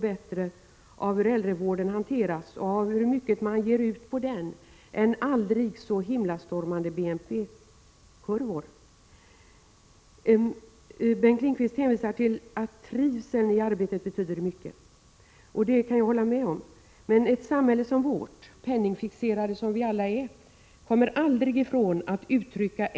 per avdelning/enhet inberäknat för fortbildningsinsatser för personalen. Hälften av detta belopp är avsett för personalen i daghem, medan resterande 15 000 kr.